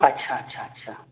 अच्छा अच्छा अच्छा